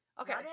Okay